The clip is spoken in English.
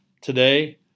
Today